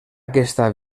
aquesta